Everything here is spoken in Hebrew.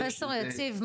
פרופ' יציב,